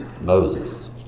Moses